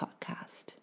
Podcast